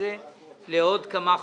אדוני היושב-ראש,